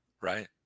Right